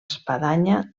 espadanya